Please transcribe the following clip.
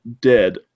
dead